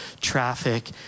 traffic